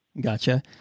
Gotcha